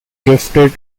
gifted